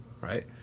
right